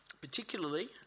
Particularly